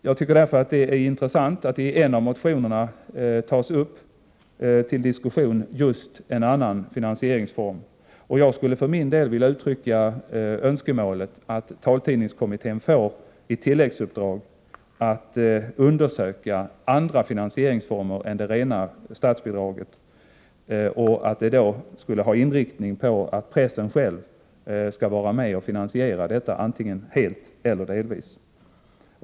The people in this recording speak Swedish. Jag tycker därför att det är intressant att det i en av motionerna tas upp till diskussion just en annan finansieringsform, och jag skulle för min del vilja uttrycka önskemålet att taltidningskommittén får i tilläggsuppdrag att undersöka andra finansieringsformer än det rena statsbidraget och då med inriktning på att pressen själv skall vara med om finansieringen, antingen helt eller delvis.